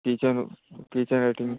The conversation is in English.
kitchen kitchen latrine